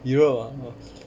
europe ah okay